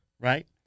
Right